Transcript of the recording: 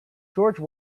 george